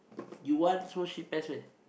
you want so shit pants meh